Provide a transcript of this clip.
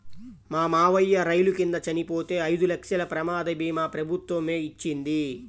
మా మావయ్య రైలు కింద చనిపోతే ఐదు లక్షల ప్రమాద భీమా ప్రభుత్వమే ఇచ్చింది